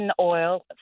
oil